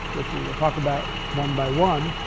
which we will talk about one by one.